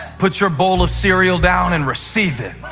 put your bowl of cereal down and receive it.